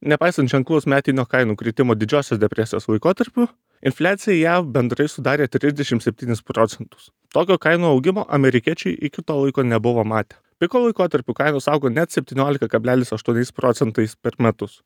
nepaisant ženklaus metinio kainų kritimo didžiosios depresijos laikotarpiu infliacija jav bendrai sudarė trisdešim septynis procentus tokio kainų augimo amerikiečiai iki to laiko nebuvo matę piko laikotarpiu kainos augo net septyniolika kablelis aštuoniais procentais per metus